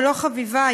ולא חביבה,